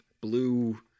blue